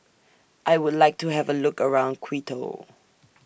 I Would like to Have A Look around Quito